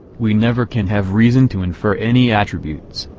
we never can have reason to infer any attributes,